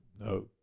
No